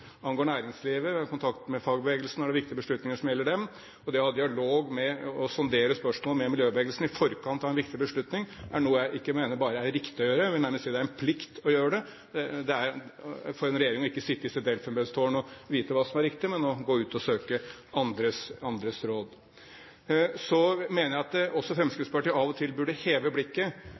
angår næringslivet, og vi har kontakt med fagbevegelsen når det er viktige beslutninger som gjelder dem. Det å ha dialog med og sondere spørsmål med miljøbevegelsen i forkant av en viktig beslutning er noe jeg mener ikke bare er riktig å gjøre, jeg vil nærmest si at det er en plikt å gjøre det. Det er for en regjering ikke å sitte i sitt elfenbenstårn og vite hva som er riktig, men å gå ut og søke andres råd. Så mener jeg at også Fremskrittspartiet av og til burde heve blikket.